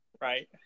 Right